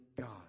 God